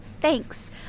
Thanks